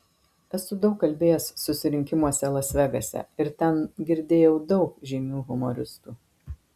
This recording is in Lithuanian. esu daug kalbėjęs susirinkimuose las vegase ir ten girdėjau daug žymių humoristų